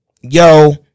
yo